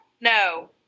No